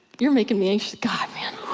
you're making me anxious, god! man!